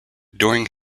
during